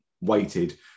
weighted